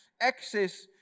Access